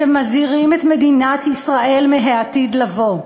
שמזהירים את מדינת ישראל מהעתיד לבוא.